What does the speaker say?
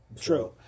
True